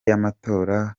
y’amatora